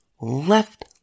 left